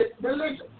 religion